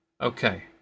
Okay